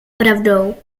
pravdou